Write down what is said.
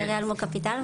ג'רי אלמו-קפיטל,